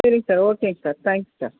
சரிங் சார் ஓகேங்க sir thanks sir